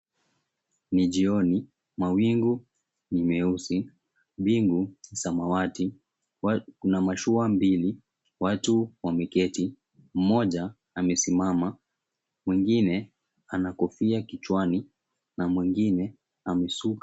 Ni jioni mawingu ni meusi, mbingu samawati, kuna mashua mbili. Watu wameketi mmoja amesimama, mwingine ana kofia na mwengine amesuka.